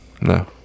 No